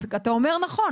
אתה אומר נכון,